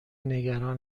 نگران